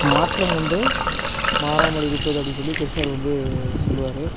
மாற்றம் ஒன்றே மாறாமல் இருப்பது அப்படின்னு சொல்லி கிருஷ்ணர் வந்து சொல்லுவார்